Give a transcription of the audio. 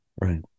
Right